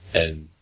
and,